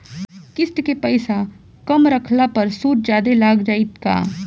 किश्त के पैसा कम रखला पर सूद जादे लाग जायी का?